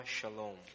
Shalom